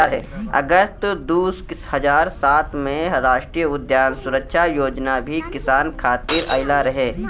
अगस्त दू हज़ार सात में राष्ट्रीय खाद्य सुरक्षा योजना भी किसान खातिर आइल रहे